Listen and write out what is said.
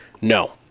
No